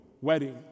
wedding